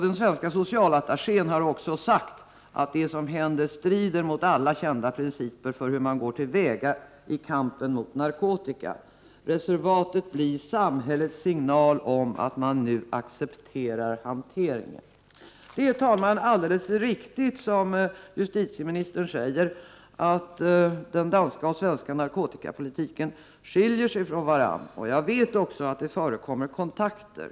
Den svenska socialattachén har också sagt att det som nu händer strider mot alla kända principer för hur man går till väga i kampen mot narkotikan. Det här reservatet blir samhällets signal om att man nu accepterar hanteringen. Herr talman! Det är alldeles riktigt som justitieministern säger att den danska och den svenska narkotikapolitiken skiljer sig från varandra. Jag vet också att det förekommer kontakter.